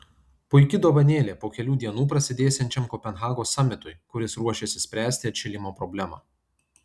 puiki dovanėlė po kelių dienų prasidėsiančiam kopenhagos samitui kuris ruošiasi spręsti atšilimo problemą